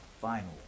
final